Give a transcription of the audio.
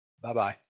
Bye-bye